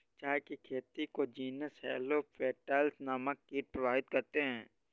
चाय की खेती को जीनस हेलो पेटल्स नामक कीट प्रभावित करते हैं